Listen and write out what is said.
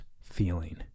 feeling